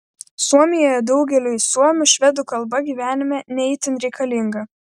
suomijoje daugeliui suomių švedų kalba gyvenime ne itin reikalinga